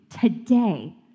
today